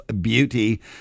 Beauty